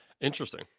Interesting